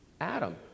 Adam